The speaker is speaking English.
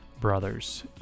brothers